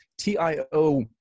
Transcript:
TIO